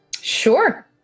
Sure